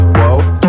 whoa